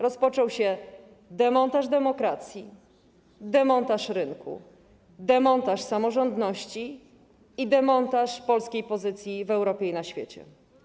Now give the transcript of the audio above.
Rozpoczął się demontaż demokracji, demontaż rynku, demontaż samorządności i demontaż polskiej pozycji w Europie i na świecie.